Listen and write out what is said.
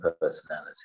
personality